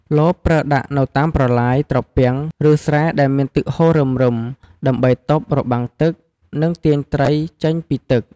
លបប្រើដាក់នៅតាមប្រឡាយ ត្រពាំង ឬស្រែដែលមានទឹកហូររឹមៗ ដើម្បីទប់របាំងទឹក និងទាញត្រីចេញពីទឹក។